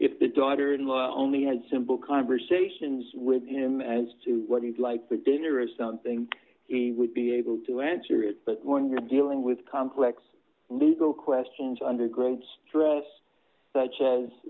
if the daughter in law only had simple conversations with him as to what he'd like the dinner is something he would be able to answer it but when you're dealing with complex legal questions under great stress such as